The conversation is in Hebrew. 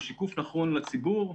בשיקוף נכון לציבור,